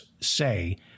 say